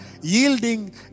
yielding